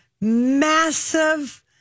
massive